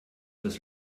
das